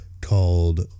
called